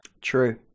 True